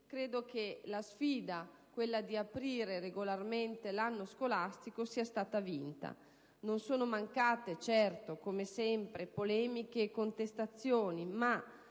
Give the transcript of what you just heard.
credo che la sfida di aprire regolarmente l'anno scolastico sia stata vinta. Non sono mancate certo, come sempre, polemiche e contestazioni, ma